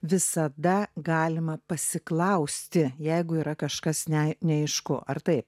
visada galima pasiklausti jeigu yra kažkas ne neaišku ar taip